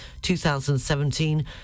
2017